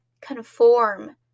conform